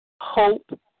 hope